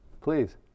Please